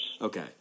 Okay